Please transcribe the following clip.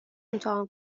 امتحان